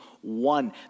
one